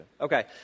Okay